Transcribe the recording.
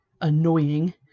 annoying